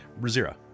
Razira